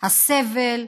הסבל,